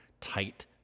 tight